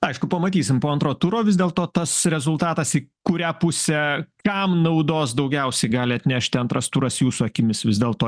aišku pamatysim po antro turo vis dėlto tas rezultatas į kurią pusę kam naudos daugiausiai gali atnešti antras turas jūsų akimis vis dėl to